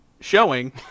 showing